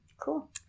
cool